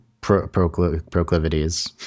proclivities